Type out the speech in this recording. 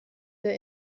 der